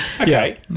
Okay